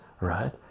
right